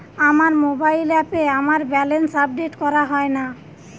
আমার মোবাইল অ্যাপে আমার ব্যালেন্স আপডেট করা হয় না